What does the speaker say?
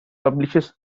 publishes